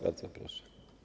Bardzo proszę.